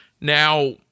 Now